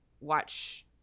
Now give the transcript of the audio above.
watch-